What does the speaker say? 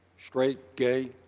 straight, gay,